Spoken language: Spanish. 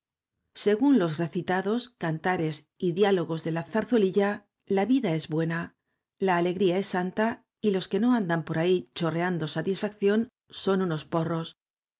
según los recitados cantares y diálogos de la zarzuelilla la vida es buena la alegría es santa y los que no andan por ahí chorreando satisfacción son unos